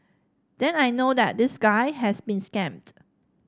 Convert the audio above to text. then I know that this guy has been scammed